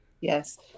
yes